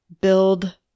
build